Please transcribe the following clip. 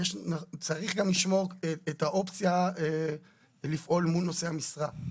צריך גם לשמור את האופציה לפעול מול נושאי המשרה.